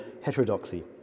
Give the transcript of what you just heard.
heterodoxy